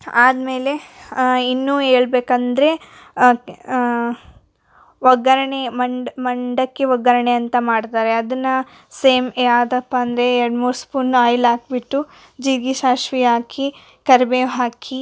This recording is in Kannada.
ಆದ್ಮೇಲೆ ಇನ್ನೂ ಹೇಳ್ಬೇಕಂದ್ರೆ ಒಗ್ಗರಣೆ ಮಂಡಕ್ಕಿ ಒಗ್ಗರಣೆ ಅಂತ ಮಾಡ್ತಾರೆ ಅದನ್ನ ಸೇಮ್ ಯಾವುದಪ್ಪ ಅಂದರೆ ಎರಡು ಮೂರು ಸ್ಪೂನ್ ಓಯಿಲ್ ಹಾಕ್ಬಿಟ್ಟು ಜೀರಿಗೆ ಸಾಸ್ವೆ ಹಾಕಿ ಕರಿಬೇವು ಹಾಕಿ